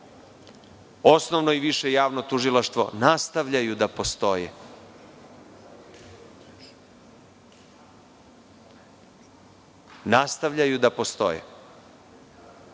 osnovno i više javno tužilaštvo nastavljaju da postoje. Nastavljaju da postoje,